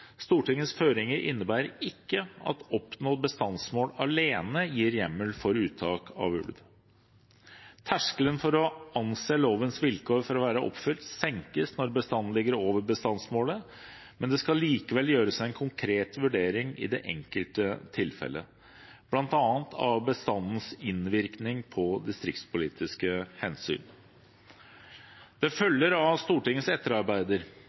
Stortingets føringer innebærer ikke at oppnådd bestandsmål alene gir hjemmel for uttak av ulv. Terskelen for å anse lovens vilkår for å være oppfylt senkes når bestanden ligger over bestandsmålet, men det skal likevel gjøres en konkret vurdering i det enkelte tilfellet, bl.a. av bestandens innvirkning på distriktspolitiske hensyn. Det følger av Stortingets etterarbeider.